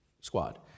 squad